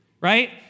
right